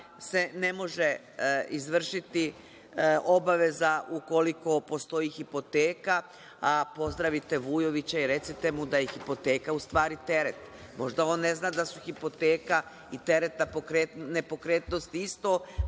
se ne može izvršiti obaveza ukoliko postoji hipoteka, a pozdravite Vujovića i recite mu da je hipoteka u stvari teret. Možda on ne zna da su hipoteka i teret na nepokretnost isto,